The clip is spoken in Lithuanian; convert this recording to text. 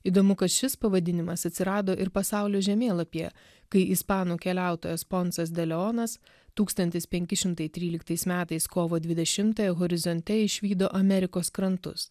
įdomu kad šis pavadinimas atsirado ir pasaulio žemėlapyje kai ispanų keliautojas poncas de leonas tūkstantis penki šimtai tryliktais metais kovo dvidešimtąją horizonte išvydo amerikos krantus